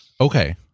Okay